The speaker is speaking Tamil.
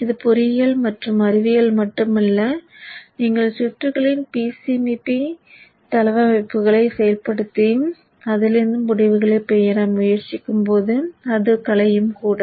இது பொறியியல் மற்றும் அறிவியல் மட்டுமல்ல நீங்கள் சுற்றுகளின் PCB தளவமைப்புகளை செயல்படுத்தி அதிலிருந்து முடிவுகளைப் பெற முயற்சிக்கும்போது அது கலையும் கூட